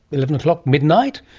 eleven o'clock, midnight,